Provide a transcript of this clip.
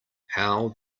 how